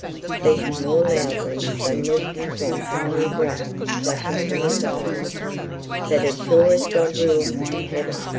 speaking more loudly than was his wont, and with wrath flashing from his eyes that as sure as god rules in heaven,